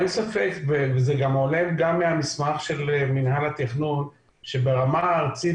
אין ספק וזה עולה גם מהמסמך של מינהל התכנון שברמה הארצית